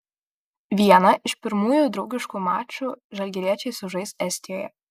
vieną iš pirmųjų draugiškų mačų žalgiriečiai sužais estijoje